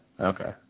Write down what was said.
okay